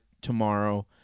tomorrow